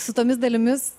su tomis dalimis